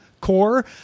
core